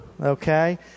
Okay